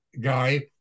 guy